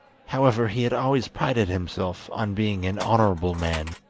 however, he had always prided himself on being an honourable man,